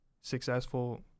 successful